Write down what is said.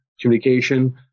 communication